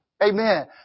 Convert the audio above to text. amen